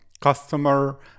customer